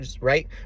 right